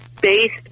based